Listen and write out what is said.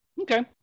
Okay